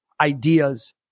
ideas